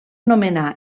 nomenar